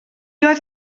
oedd